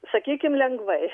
sakykim lengvai